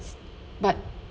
but